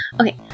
Okay